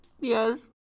Yes